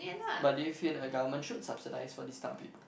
but do you feel that government should subsidise for this type of people